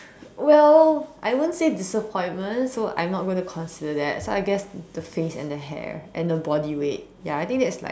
well I won't say disappointment so I'm not gonna consider that so I guess the face and the hair and the body weight ya I think that's like